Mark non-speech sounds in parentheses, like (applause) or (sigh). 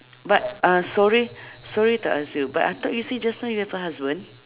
but uh sorry (breath) sorry to ask you but I thought you say just now you have a husband